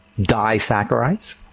disaccharides